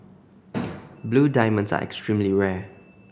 blue diamonds are extremely rare